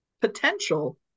potential